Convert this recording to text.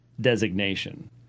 designation